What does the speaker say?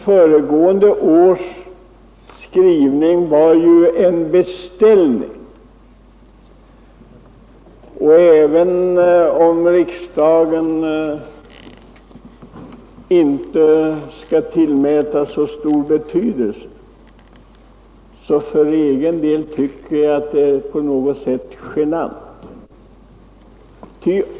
Föregående års skrivning var ju också en beställning. Även om man inte kan vänta sig att riksdagen tillmäts så stor betydelse tycker jag att detta är på något sätt genant.